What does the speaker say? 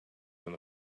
than